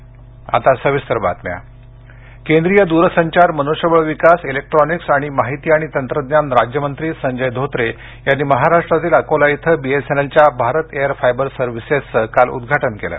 Bharat air fibre केंद्रीय दूरसंचार मनुष्यबळ विकास इलेक्ट्रॉनिक्स आणि माहिती आणि तंत्रज्ञान राज्यमंत्री संजय धोत्रे यांनी महाराष्ट्रातील अकोला इथं बीएसएनएलच्या भारत एअर फायबर सर्व्हिसेसचं काल उद्घाटन केले